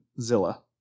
Zilla